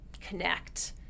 connect